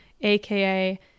aka